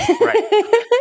Right